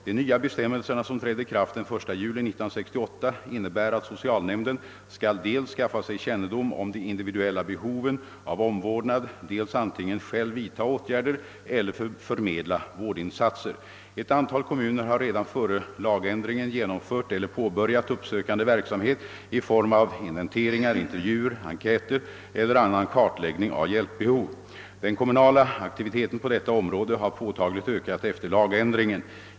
De nya bestämmelserna, som trädde i kraft den 1 juli 1968, innebär att socialnämnden skall dels skaffa sig kännedom om de individuella behoven av omvårdnad, dels antingen själv vidta åtgärder eller förmedla vårdinsatser. Ett antal kommuner hade redan före lagändringen genomfört eller påbörjat uppsökande verksamhet i form av inventeringar, intervjuer, enkäter eller annan kartläggning av hjälpbehov. Den kommunala aktiviteten på detta område har påtagligt ökat efter lagändringen.